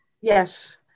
yes